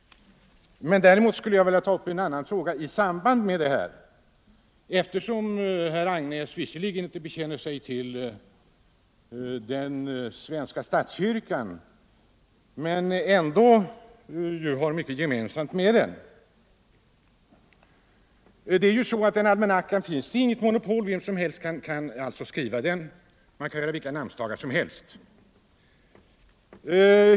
Däremot skulle jag vilja ta upp en annan fråga i samband därmed, eftersom herr Nilsson i Agnäs visserligen inte bekänner sig till den svenska statskyrkan men ju ändå har mycket gemensamt med den. Det finns inget monopol i fråga om almanackan. Vem som helst kan skriva den, man kan ha vilka namnsdagar som helst.